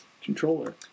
controller